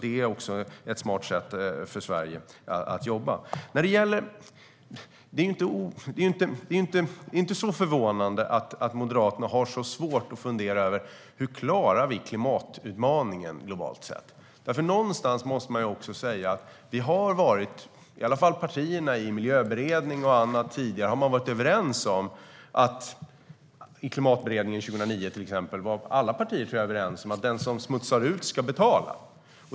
Det är ett smart sätt för Sverige att jobba. Det är inte så förvånande att Moderaterna har så svårt att fundera över: Hur klarar vi klimatutmaningen globalt sett? Partierna har i Miljöberedningen och tidigare varit överens. I till exempel Klimatberedningen 2009 tror jag alla partier var överens om att den som smutsar ned ska betala.